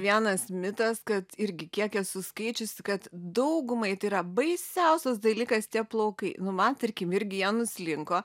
vienas mitas kad irgi kiek esu skaičiusi kad daugumai tai yra baisiausias dalykas tie plaukai nu man tarkim irgi jie nuslinko